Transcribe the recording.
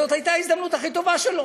וזאת הייתה הזדמנות הכי טובה שלו.